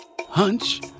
Hunch